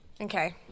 Okay